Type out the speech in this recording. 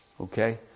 Okay